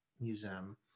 Museum